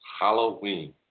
Halloween